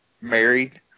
married